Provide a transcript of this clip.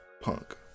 punk